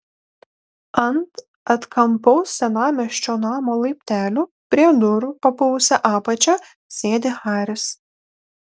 ant atkampaus senamiesčio namo laiptelių prie durų papuvusia apačia sėdi haris